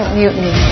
mutiny